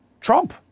Trump